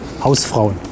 Hausfrauen